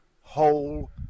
whole